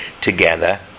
together